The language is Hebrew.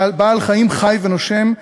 בעל-חיים חי ונושם,